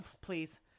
please